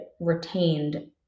retained